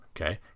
Okay